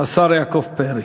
השר יעקב פרי.